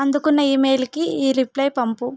అందుకున్న ఈమెయిల్కి ఈ రిప్లై పంపు